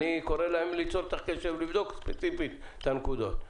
אני קורא להם ליצור אתך קשר ולבדוק ספציפית את הנקודות.